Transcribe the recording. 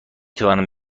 توانم